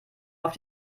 auf